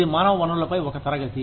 ఇది మానవ వనరులపై ఒక తరగతి